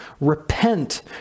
Repent